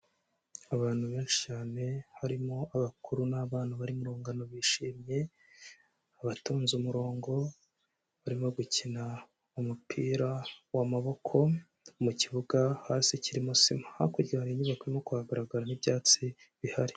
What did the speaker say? Abantu benshi cyane harimo abakuru n'abana bari mu ngano bishimiye abatonze umurongo barimo gukina umupira w'amaboko mu kibuga hasi kirimo sima, hakurya hari inyubako irimo kuhagaragara n'ibyatsi bihari.